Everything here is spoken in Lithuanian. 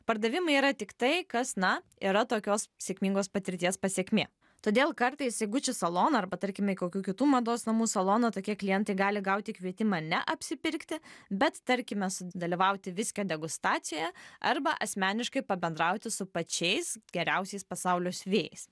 pardavimai yra tik tai kas na yra tokios sėkmingos patirties pasekmė todėl kartais į gucci saloną arba tarkime į kokių kitų mados namų saloną tokie klientai gali gauti kvietimą ne apsipirkti bet tarkime sudalyvauti viskio degustacijoje arba asmeniškai pabendrauti su pačiais geriausiais pasaulio svėjais